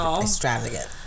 extravagant